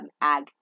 ag